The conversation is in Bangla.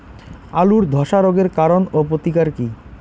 আলুর ধসা রোগের কারণ ও প্রতিকার কি?